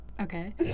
Okay